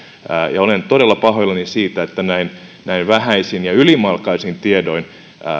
olen todella pahoillani siitä että näin näin vähäisin ja ylimalkaisin tiedoin